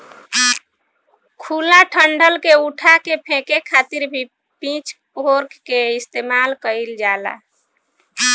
खुला डंठल के उठा के फेके खातिर भी पिच फोर्क के इस्तेमाल कईल जाला